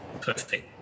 perfect